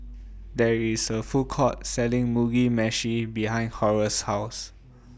There IS A Food Court Selling Mugi Meshi behind Horace's House